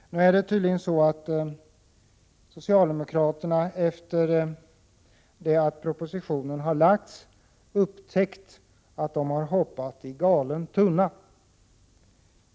Nu är det tydligen så att socialdemokraterna efter det att propositionen lagts upptäckt att de har hoppat i galen tunna.